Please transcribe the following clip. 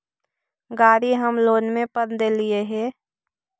गाड़ी हम लोनवे पर लेलिऐ हे?